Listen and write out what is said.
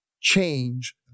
change